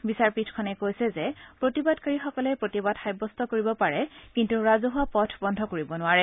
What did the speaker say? বিচাৰপীঠখনে কৈছে যে প্ৰতিবাদকাৰীসকলে প্ৰতিবাদ সাব্যস্ত কৰিব পাৰে কিন্তু ৰাজহুৱা পথ বন্ধ কৰিব নোৱাৰে